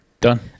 Done